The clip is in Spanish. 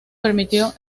permitió